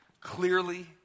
clearly